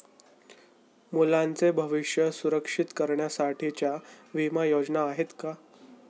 मुलांचे भविष्य सुरक्षित करण्यासाठीच्या विमा योजना आहेत का?